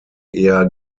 eher